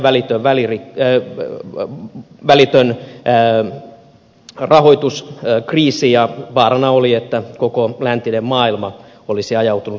kreikkaa uhkasi nimittäin välitön rahoituskriisi ja vaarana oli että koko läntinen maailma olisi ajautunut luottolamaan